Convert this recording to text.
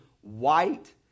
white